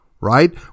right